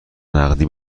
نقدی